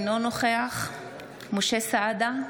אינו נוכח משה סעדה,